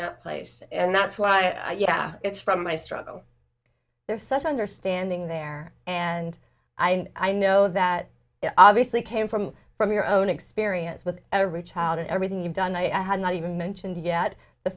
that place and that's why it's from my struggle there's such understanding there and i know that it obviously came from from your own experience with every child and everything you've done i had not even mentioned yet the